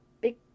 big